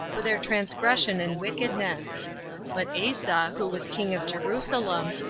for their transgression and wickedness but asa, who was king of jerusalem,